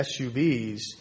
SUVs